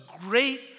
great